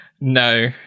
No